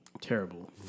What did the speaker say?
terrible